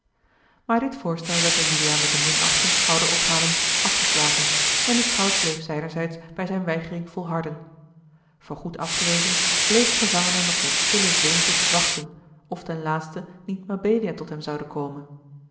maar dit voorstel werd door juliaan met een minachtend schouderophalen afgeslagen en de schout bleef zijnerzijds bij zijne weigering volharden voorgoed afgewezen bleef de gevangene nog met stille sehnsucht wachten of ten laatste niet mabelia tot hem zoude komen